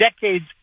decades